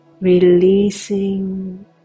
Releasing